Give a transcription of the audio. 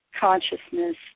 consciousness